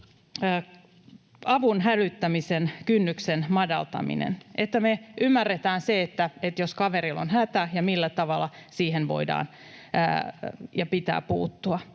avun hälyttämisen kynnyksen madaltaminen, niin että me ymmärretään se, että jos kaverilla on hätä, millä tavalla siihen voidaan ja pitää puuttua.